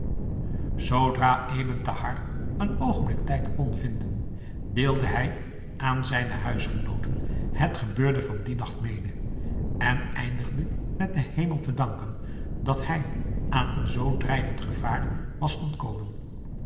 thahar een oogenblik tijd kon vinden deelde hij aan zijne huisgenooten het gebeurde van dien nacht mede en eindigde met den hemel te danken dat hij aan een zoo dreigend gevaar was ontkomen